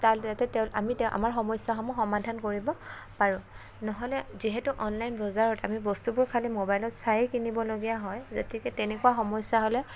তাত যাতে তেওঁ আমি তেওঁ আমাৰ সমস্যাসমূহ সমাধান কৰিব পাৰো নহ'লে যিহেতু অনলাইন বজাৰত আমি বস্তুবোৰ খালি মোবাইলত চাইয়ে কিনিবলগীয়া হয় গতিকে তেনেকুৱা সমস্য়া হ'লে